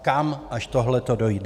Kam až tohleto dojde?